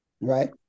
right